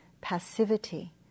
passivity